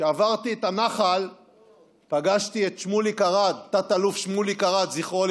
כשעברתי את הנחל פגשתי את תת-אלוף שמוליק ארד ז"ל,